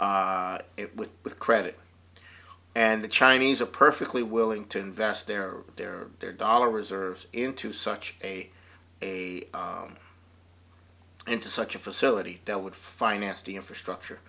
it with with credit and the chinese are perfectly willing to invest their or their or their dollar reserves into such a a into such a facility that would finance the infrastructure